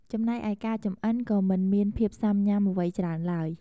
ចំណែកឯការចម្អិន ក៏មិនមានភាពស៊ាំញុាំអ្វីច្រើនឡើយ។